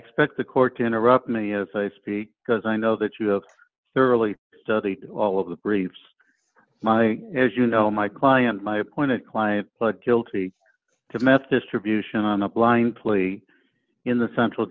expect the court to interrupt me as i speak because i know that you have thoroughly studied all of the briefs my as you know my client my appointed client pled guilty to meth distribution on a blind plea in the central